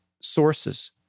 sources